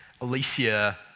Alicia